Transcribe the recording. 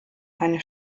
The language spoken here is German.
eine